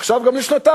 עכשיו גם לשנתיים.